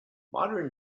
modern